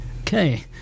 Okay